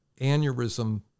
aneurysm